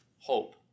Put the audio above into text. hope